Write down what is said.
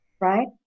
right